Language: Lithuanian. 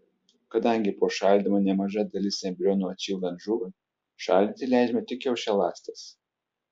kadangi po šaldymo nemaža dalis embrionų atšildant žūva šaldyti leidžiama tik kiaušialąstes